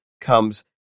comes